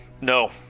No